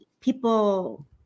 people